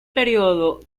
periodo